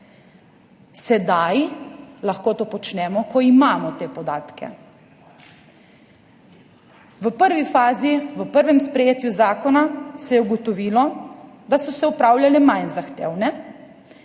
Sedaj lahko to počnemo, ko imamo te podatke. V prvi fazi, v prvem sprejetju zakona se je ugotovilo, da so se opravljale manj zahtevne.